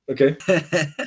okay